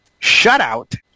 shutout